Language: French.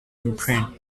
bruns